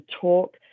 talk